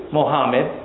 Mohammed